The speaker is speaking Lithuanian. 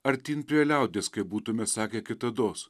artyn prie liaudies kaip būtume sakę kitados